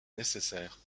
nécessaires